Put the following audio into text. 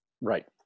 right